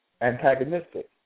antagonistic